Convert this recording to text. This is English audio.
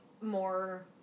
more